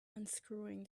unscrewing